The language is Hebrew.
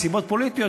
מסיבות פוליטיות,